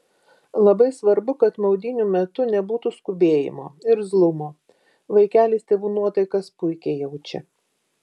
labai svarbu kad maudynių metu nebūtų skubėjimo irzlumo vaikelis tėvų nuotaikas puikiai jaučia